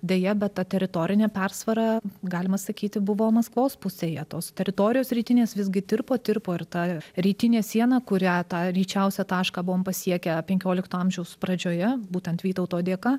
deja bet ta teritorinė persvara galima sakyti buvo maskvos pusėje tos teritorijos rytinės visgi tirpo tirpo ir ta rytinė siena kurią tą ryčiausią tašką buvom pasiekę penkiolikto amžiaus pradžioje būtent vytauto dėka